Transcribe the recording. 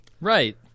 Right